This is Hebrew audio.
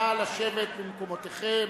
נא לשבת במקומותיכם,